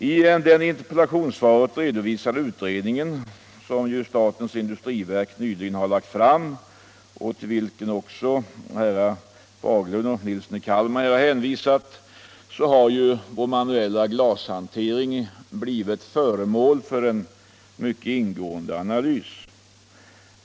I den i interpellationssvaret redovisade utredningen, som statens industriverk nyligen lagt fram och till vilken också herrar Fagerlund och Nilsson i Kalmar här hänvisat, har vår manuella glashantering blivit föremål för en mycket ingående analys.